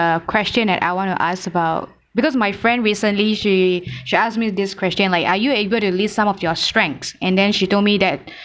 question that I want to ask about because my friend recently she she asked me this question like are you able to list some of your strengths and then she told me that